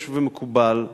יש ומקובל,